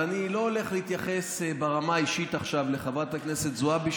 ואני לא הולך להתייחס ברמה האישית עכשיו לחברת הכנסת זועבי,